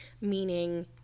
meaning